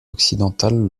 occidentales